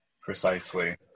Precisely